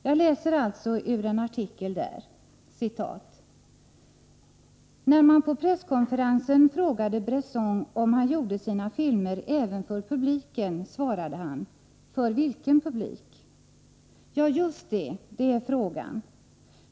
Jag läser alltså ur en artikel där: ”När man på presskonferensen frågade Bresson, om han gjorde sina filmer även för publiken, svarade han: — För vilken publik? Ja, just det. Det är frågan.